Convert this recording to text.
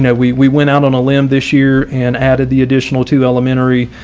yeah we we went out on a limb this year and added the additional two elementary,